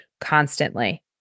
constantly